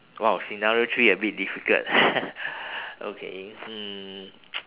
!wow! scenario three a bit difficult okay hmm